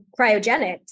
cryogenics